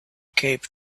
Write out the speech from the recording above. cape